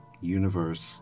universe